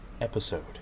episode